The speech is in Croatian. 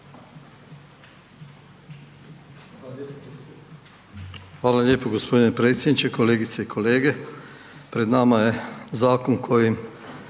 Hvala lijepo g. predsjedniče, kolegice i kolege. Pred nama je zakon kojim